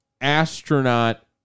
astronaut